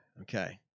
okay